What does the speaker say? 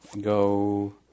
go